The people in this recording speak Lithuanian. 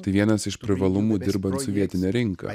tai vienas iš privalumų dirbant su vietine rinka